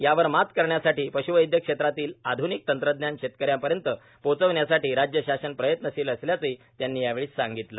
यावर मात करण्यासाठी पश्वैद्यक क्षेत्रातील आध्निक तंत्रज्ञान शेतकऱ्यांपर्यंत पोहोचण्यासाठी राज्यशासन प्रयत्नशील असल्याचे त्यांनी यावेळी सांगितले